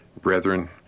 Brethren